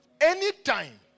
anytime